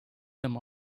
them